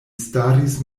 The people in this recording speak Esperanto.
staris